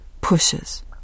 pushes